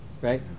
right